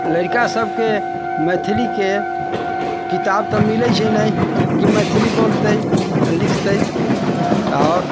लड़िका सभके मैथिलीके किताब तऽ मिलै छै नहि कि मैथिली बोलतै लिखतै आओर